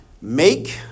Make